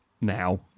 now